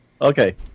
Okay